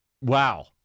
wow